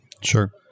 Sure